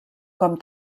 com